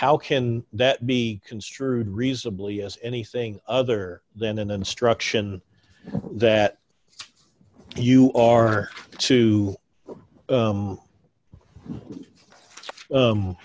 how can that be construed reasonably as anything other than an instruction that you are to